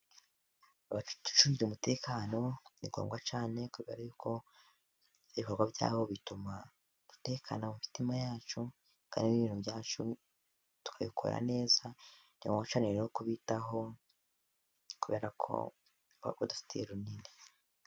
Abaducungira umutekano ningobwa cyane, kuberako ibikorwa byabo bituma dutekana mumitima yacu ningo cyane Kandi nibintu byacu tukabikora neza ningobwa cyane kubitaho kuberako badufitiye runini.